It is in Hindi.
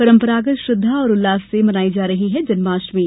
परंपरागत श्रद्वा और उल्लास से मनाई जा रही है जन्माष्टमी